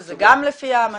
שזה גם לפי האמנה,